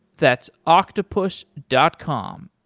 that's octopus dot com,